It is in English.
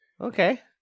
Okay